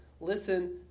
listen